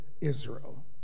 Israel